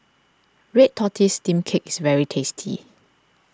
Red Tortoise Steamed Cake is very tasty